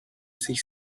sich